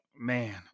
man